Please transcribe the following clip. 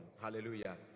Hallelujah